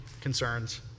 Concerns